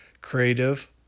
creative